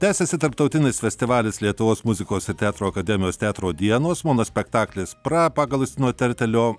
tęsiasi tarptautinis festivalis lietuvos muzikos ir teatro akademijos teatro dienos monospektaklis pra pagal justino tertelio